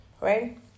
right